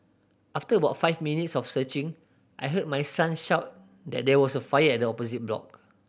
after was five minutes of searching I heard my son shout that there was a fire at the opposite block